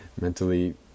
mentally